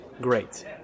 Great